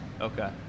Okay